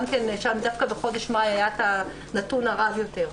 גם כן שם דווקא בחודש מאי היה את הנתון הרע ביותר.